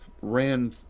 ran